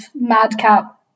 madcap